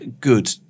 good